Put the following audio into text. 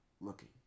looking